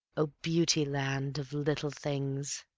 o beauty land of little things!